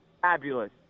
fabulous